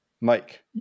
Mike